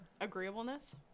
Agreeableness